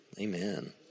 Amen